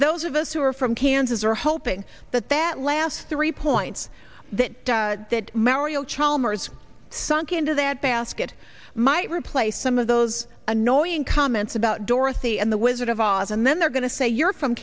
those of us who are from kansas are hoping that that last three points that that mario chalmers sunk into that basket might replace some of those annoying comments about dorothy and the wizard of oz and then they're going to say you're from